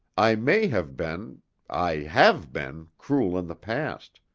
i may have been i have been cruel in the past,